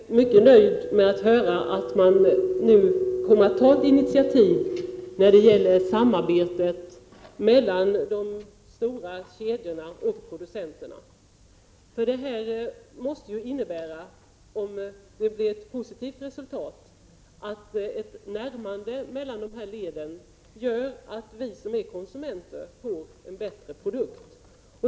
Herr talman! Jag vill bara säga att jag är mycket nöjd med att höra att man nu kommer att ta ett initiativ när det gäller samarbetet mellan de stora livsmedelskedjorna och producenterna. Det måste innebära, om resultatet blir positivt, ett närmande mellan dessa led och att vi som är konsumenter får en bättre produkt.